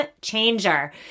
changer